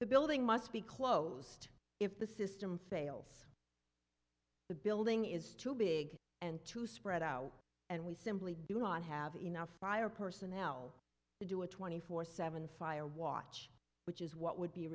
the building must be closed if the system fails the building is too big and too spread out and we simply do not have enough fire personnel to do a twenty four seven fire watch which is what would be